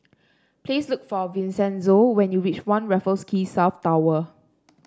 please look for Vincenzo when you reach One Raffles Quay South Tower